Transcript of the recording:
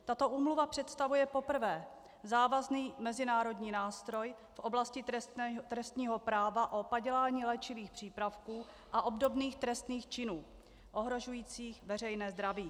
Tato úmluva představuje za prvé závazný mezinárodní nástroj v oblasti trestního práva o padělání léčivých přípravků a obdobných trestných činů ohrožujících veřejné zdraví.